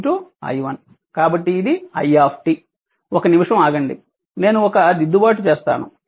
కాబట్టి ఇది i ఒక నిమిషం ఆగండి నేను ఒక దిద్దుబాటు చేస్తాను